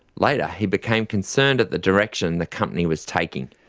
later he became concerned at the direction the company was taking.